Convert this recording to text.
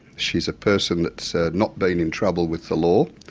she is a person that's ah not been in trouble with the law,